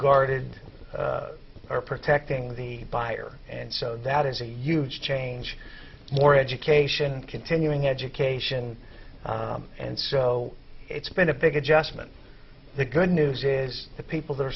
guarded are protecting the buyer and so that is a huge change more education continuing education and so it's been a big adjustment the good news is the people who are